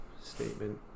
statement